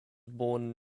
born